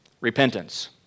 repentance